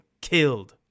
killed